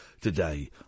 today